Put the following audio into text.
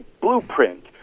blueprint